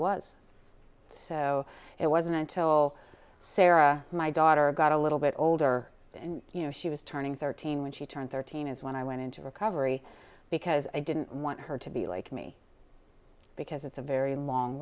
was so it wasn't until sarah my daughter got a little bit older and you know she was turning thirteen when she turned thirteen is when i went into recovery because i didn't want her to be like me because it's a very long